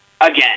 again